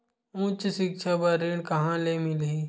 उच्च सिक्छा बर ऋण कहां ले मिलही?